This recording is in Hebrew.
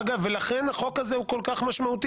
אגב, ולכן החוק הזה הוא כל כך משמעותי.